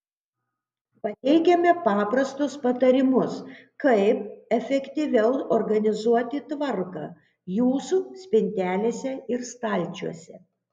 pateikiame paprastus patarimus kaip efektyviau organizuoti tvarką jūsų spintelėse ir stalčiuose